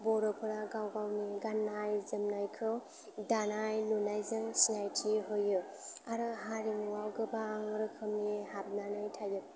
बर'फोरा गाव गावनि गाननाय जोमनायखौ दानाय लुनायजों सिनायथि होयो आरो हारिमुआव गोबां रोखोमनि हाबनानै थायो